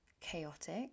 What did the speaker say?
chaotic